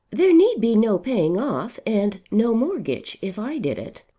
there need be no paying off, and no mortgage, if i did it.